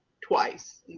twice